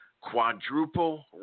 Quadruple